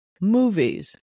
movies